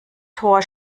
tor